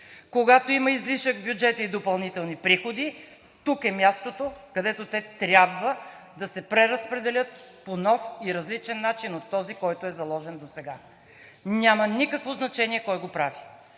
Когато има излишък в бюджета и допълнителни приходи, тук е мястото, където те трябва да се преразпределят по нов и различен начин от този, който е заложен досега. Няма никакво значение кой го прави.